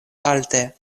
alte